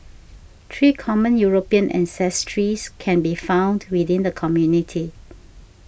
three common European ancestries can be found within the community